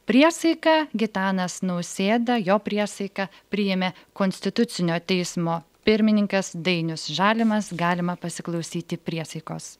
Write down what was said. priesaiką gitanas nausėda jo priesaiką priėmė konstitucinio teismo pirmininkas dainius žalimas galima pasiklausyti priesaikos